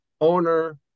owner